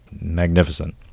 magnificent